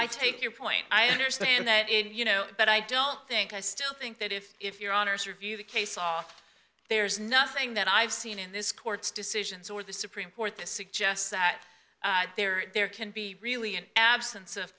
i take your point i understand that and you know but i don't think i still think that if if your honour's review the case off there's nothing that i've seen in this court's decisions or the supreme court that suggests that there there can be really an absence of